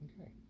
okay